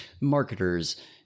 marketers